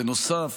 בנוסף,